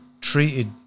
treated